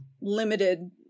limited